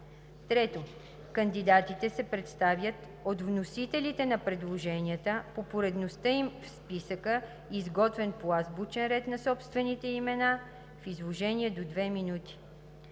3. Кандидатите се представят от вносителите на предложенията по поредността им в списъка, изготвен по азбучен ред на собствените имена, в изложение до 2 минути.